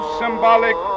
symbolic